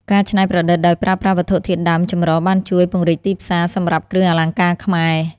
ការច្នៃប្រឌិតដោយប្រើប្រាស់វត្ថុធាតុដើមចម្រុះ បានជួយ ពង្រីកទីផ្សារ សម្រាប់គ្រឿងអលង្ការខ្មែរ។